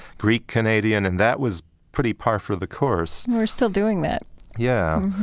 greek-canadian, and that was pretty par for the course we're still doing that yeah.